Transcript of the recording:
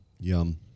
Yum